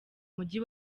mujyi